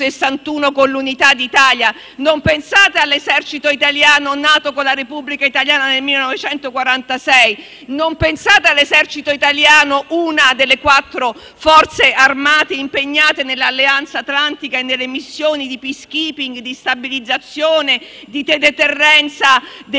Non pensate all'esercito italiano nato con la Repubblica italiana nel 1946? Non pensate all'esercito italiano, una delle quattro Forze armate impegnate nell'Alleanza atlantica e nelle missioni di *peacekeeping*, di stabilizzazione, di deterrenza dei rischi